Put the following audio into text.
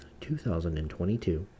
2022